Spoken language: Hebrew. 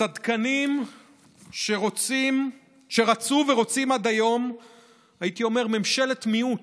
צדקנים שרוצים ורצו עד היום ממשלת מיעוט.